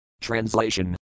Translation